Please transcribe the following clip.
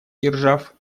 держав